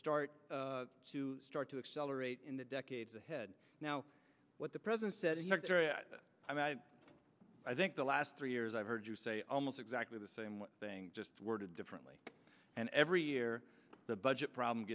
start start to accelerate in the decades ahead now what the president said i think the last three years i've heard you say almost exactly the same thing just worded differently and every year the budget problem